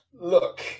Look